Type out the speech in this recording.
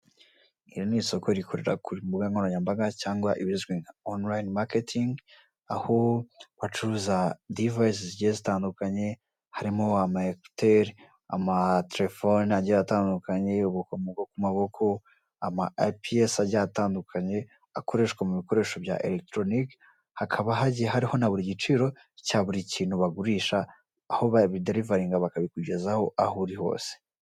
Iri n'isoko rikorera ku mbuga nkoranyambaga irizwi nka onurayini maketingi(online marketing),aho bacuruza ibikoresho bigiye bitandukanye harimo amayekuteri, ama terefone agiye atandukanye, ubukomo bwo ku maboko, ama piyesi (pieces) agiye atandukanye akoreshwa mubikoresho byama shanyarazi(electronic) hakaba hagiye hariho naburi giciro cyaburi ikintu bagurisha ,aho ba biderivaringa(delivery) bakabikugezaho aho uri hose.